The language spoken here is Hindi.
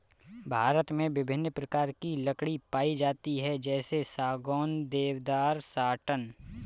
भारत में विभिन्न प्रकार की लकड़ी पाई जाती है जैसे सागौन, देवदार, साटन